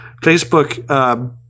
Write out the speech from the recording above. Facebook